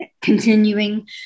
continuing